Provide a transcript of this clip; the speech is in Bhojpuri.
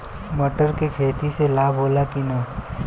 मटर के खेती से लाभ होला कि न?